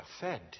fed